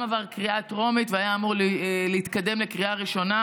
זה גם עבר קריאה טרומית והיה אמור להתקדם לקריאה ראשונה,